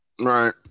right